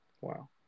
Wow